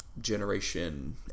Generation